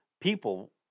people